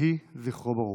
יהי זכרו ברוך.